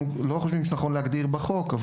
אנחנו לא חושבים שנכון להגדיר את זה בחוק.